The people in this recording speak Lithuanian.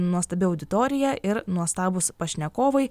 nuostabi auditorija ir nuostabūs pašnekovai